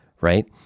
right